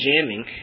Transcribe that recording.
jamming